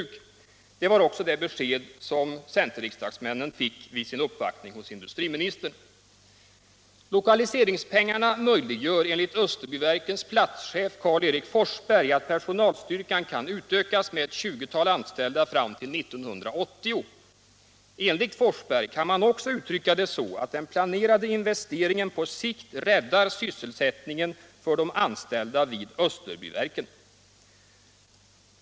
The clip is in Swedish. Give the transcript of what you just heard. Detta var också det besked som centerriksdagsmännen fick vid sin uppvaktning hos industriministern. Lokaliseringspengarna möjliggör enligt Österbyverkens platschef Karl Erik Forsberg att personalstyrkan kan utökas med ett 20 tal anställda fram till 1980. Enligt Forsberg kan man också uttrycka det så, att den planerade investeringen på sikt räddar sysselsättningen för de anställda vid Österbyverken.